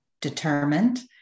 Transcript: determined